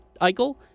Eichel